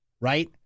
right